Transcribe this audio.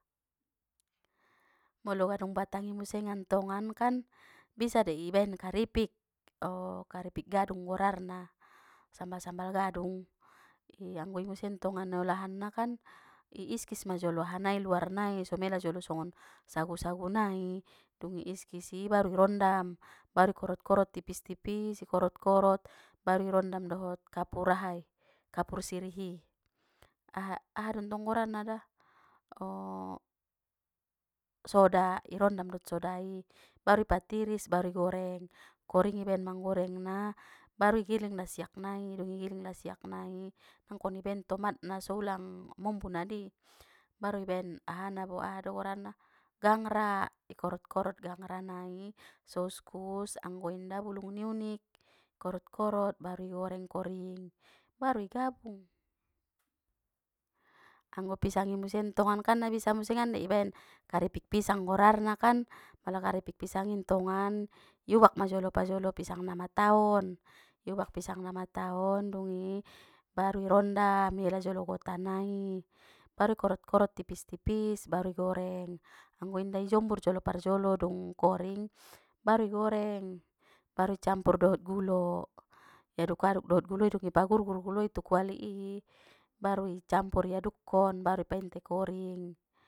Molo gadung batangi musengan tongan kan, bisa dei ibaen karipik, o karipik gadung golarna, sambal sambal gadung, oi anggo museng tongan olahanna kan, i iskis ma jolo aha nai luarnai so mela jolo songon sagu sagu nai, dung i iskis i baru i rondam, baru ikorot korot tipis tipis i korot korot, baru irondam dohot kapur ahai kapur sirih i, aha aha dontong golarna da soda i rondam dot soda i, baru ipatiris baru igoreng, koring ibaen manggoreng na, baru igiling laisak nai, dung i giling lasiak nai nangkon iaben tomatna so ulang mombun adi, baru ibaen ahana bo ahado golarna, gangra i korot korot gangra nai so uskus anggo inda bulung ni unik, korot koroot baru igoreng koring baru gabung. Anggo pisang i musangan tongan kan na bisa musengan dei i baen karipik pisang golarna kan pala karipik pisang i tongan, iubak majolo parjolo pisang namataon, iubak pisang namataon dungi, baru irondam iela jolo gota nai, baru i korot korot tipis tipis bar igoreng, anggo inda ijombur jolo parjolo dung koring, baru i goreng, baru icampur dohot gulo, iaduk aduk dot gulo dung i pagur gur guloi tu kuali i, baru icampur iadukkon baru ipainte koring.